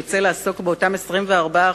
יוצא לעסוק באותם 24%,